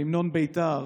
בהמנון בית"ר